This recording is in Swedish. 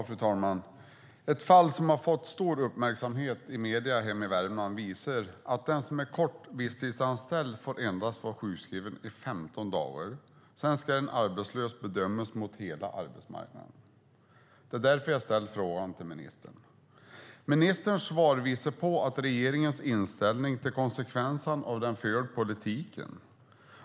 Fru talman! Ett fall som har fått stor uppmärksamhet i medierna hemma i Värmland visar att den som är visstidsanställd under kort tid får vara sjukskriven endast i 15 dagar. Sedan ska den arbetslöse bedömas mot hela arbetsmarknaden. Det är därför som jag har ställt frågan till ministern. Ministerns svar visar på regeringens inställning till konsekvenserna av den förda politiken.